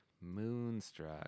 Moonstruck